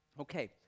Okay